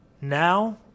now